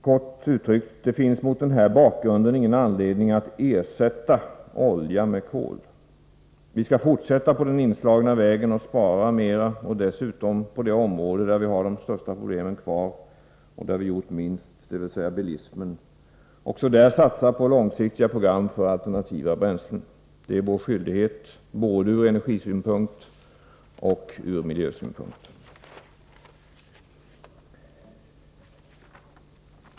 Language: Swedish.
Kort uttryckt finns det, mot denna bakgrund, ingen anledning att ersätta olja med kol. Vi skall fortsätta på den inslagna vägen och spara mer, särskilt på det område där vi har de största problemen kvar och där vi har gjort minst, dvs. på bilismens område. Vi skall satsa på långsiktiga program för alternativa bränslen. Det är vår skyldighet både ur energisynpunkt och ur miljösynpunkt.